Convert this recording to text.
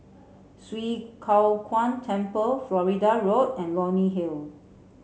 Swee Kow Kuan Temple Florida Road and Leonie Hill